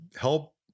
help